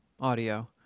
audio